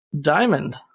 Diamond